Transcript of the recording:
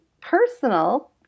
personal